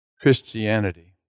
Christianity